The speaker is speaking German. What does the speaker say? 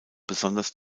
besonders